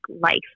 life